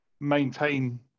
maintain